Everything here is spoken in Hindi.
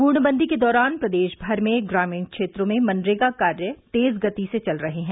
पूर्णबंदी के दौरान प्रदेश भर में ग्रामीण क्षेत्रों में मनरेगा कार्य तेज गति से चल रहे हैं